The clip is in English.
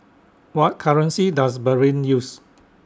What currency Does Bahrain use